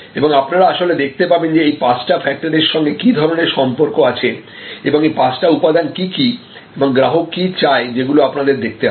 এবং আপনারা আসলে দেখতে পাবেন যে এই পাঁচটা ফ্যাক্টরের সঙ্গে কি ধরনের সম্পর্ক আছে এবং এই পাঁচটা উপাদান কি কি এবং গ্রাহক কি চায়সেগুলো আপনাদের দেখতে হবে